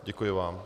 Děkuji vám.